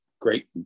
Great